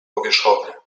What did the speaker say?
powierzchownie